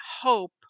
hope